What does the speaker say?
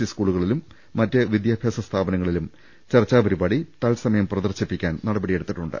E സ്കൂളുകളിലും മറ്റ് വിദ്യാ ഭ്യാസ സ്ഥാപനങ്ങളിലും ചർച്ചാ പരിപാടി തത്സമയം പ്രദർശിപ്പിക്കാൻ നട പടിയെടുത്തിട്ടുണ്ട്